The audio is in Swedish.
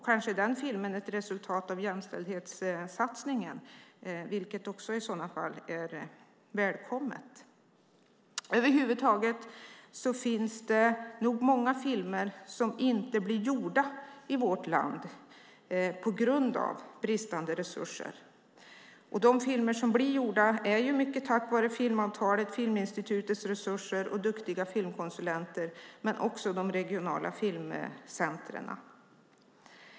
Kanske är den filmen ett resultat av jämställdhetssatsningen, vilket i så fall också är välkommet. Över huvud taget är det nog många filmer som på grund av bristande resurser inte blir gjorda i vårt land. De filmer som blir gjorda blir det i mycket tack vare filmavtalet, Filminstitutets resurser och duktiga filmkonsulenter men också de regionala filmcentren.